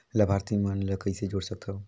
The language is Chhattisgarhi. लाभार्थी मन ल कइसे जोड़ सकथव?